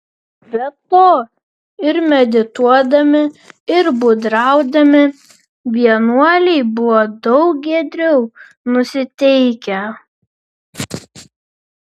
be to ir medituodami ir būdraudami vienuoliai buvo daug giedriau nusiteikę